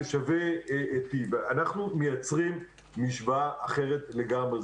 זה שווה C. אנחנו מייצרים משוואה אחרת לגמרי.